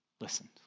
listened